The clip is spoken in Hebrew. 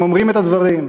הם אומרים את הדברים,